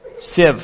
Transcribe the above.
sieve